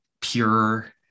pure